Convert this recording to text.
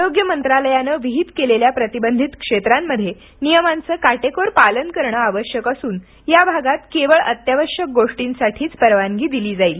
आरोग्य मंत्रालयाने विहित केलेल्या प्रतिबंधित क्षेत्रांमध्ये नियमांचं काटेकोर पालन करण आवश्यक असून या भागात केवळ अत्यावश्यक गोष्टींसाठीच परवानगी दिली जाईल